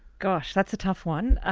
gosh, that's a tough one.